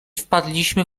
wpadliśmy